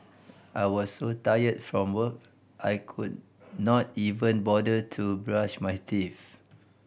I was so tired from work I could not even bother to brush my teeth